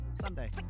Sunday